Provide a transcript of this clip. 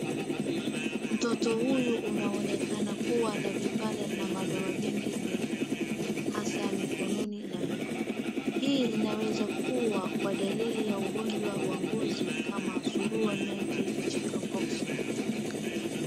Mtoto huyu unaonekana kuwa na vipare na mandoa mingi mwilini. Hasa mikononi na miguu. Hii inaweza kuwa kwa dalili ya ugonjwa wa ngozi kama suruhu meji chicken box .